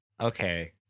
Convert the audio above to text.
Okay